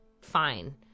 fine